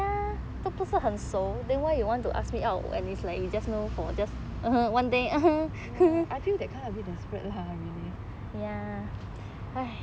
I feel that kind a bit desperate really